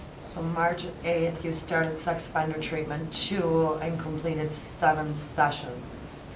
so march eighth you started sex offender treatment two and completed seven sessions.